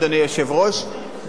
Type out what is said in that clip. אדוני היושב-ראש,